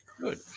Good